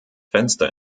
fenster